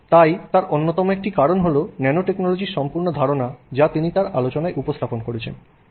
সুতরাং তার অন্যতম একটি কারণ হল ন্যানোটেকনোলজির সম্পূর্ণ ধারণা যা তিনি তাঁর আলোচনায় উপস্থাপন করেছেন